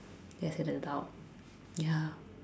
as an adult ya